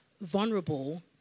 vulnerable